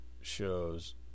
shows